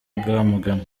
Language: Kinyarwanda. rwamagana